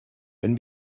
wenn